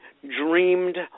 dreamed